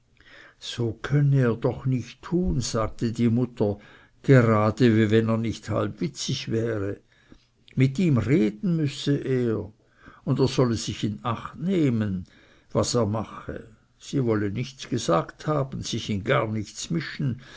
so könne er doch nicht tun sagte die mutter gerade wie wenn er nicht halb witzig wäre mit ihm reden müsse er und er solle sich in acht nehmen was er mache sie wolle nichts gesagt haben sich in gar nichts mischen